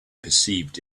perceived